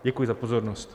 Děkuji za pozornost.